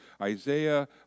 Isaiah